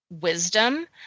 wisdom